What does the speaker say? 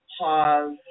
pause